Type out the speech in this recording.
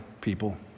people